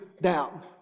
down